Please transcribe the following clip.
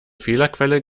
fehlerquelle